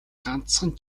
ганцхан